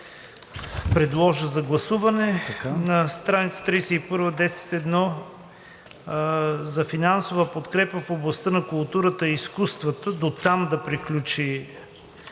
предложа за гласуване. На страница 31 – 10.1. „за финансова подкрепа в областта на културата и изкуствата“ – дотам да приключи